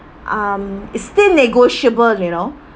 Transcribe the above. um it's still negotiable you know